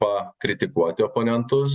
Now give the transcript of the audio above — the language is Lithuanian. kritikuoti oponentus